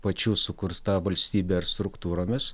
pačių sukurta valstybe ar struktūromis